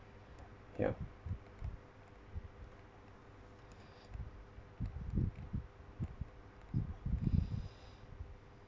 ya